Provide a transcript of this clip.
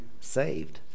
saved